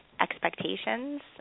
expectations